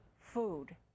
food